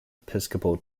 episcopal